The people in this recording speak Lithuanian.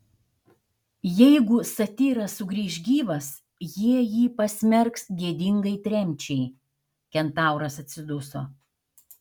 jeigu satyras sugrįš gyvas jie jį pasmerks gėdingai tremčiai kentauras atsiduso